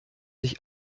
sich